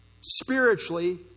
spiritually